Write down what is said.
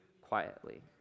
quietly